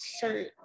shirt